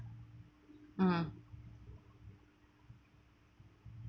mm